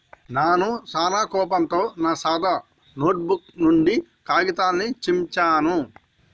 నాను సానా కోపంతో నా సాదా నోటుబుక్ నుండి కాగితాన్ని చించాను